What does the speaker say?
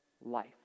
life